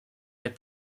les